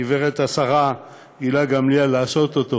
גברתי השרה גילה גמליאל, לעשות אותו